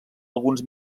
alguns